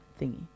thingy